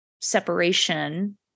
separation